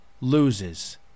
loses